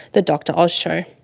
the dr. oz show.